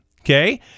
Okay